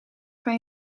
kan